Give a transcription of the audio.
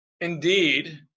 indeed